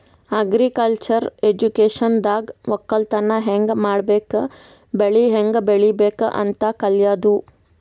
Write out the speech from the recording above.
agriculture ಎಜುಕೇಶನ್ದಾಗ್ ವಕ್ಕಲತನ್ ಹ್ಯಾಂಗ್ ಮಾಡ್ಬೇಕ್ ಬೆಳಿ ಹ್ಯಾಂಗ್ ಬೆಳಿಬೇಕ್ ಅಂತ್ ಕಲ್ಯಾದು